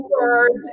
words